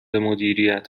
مدیریت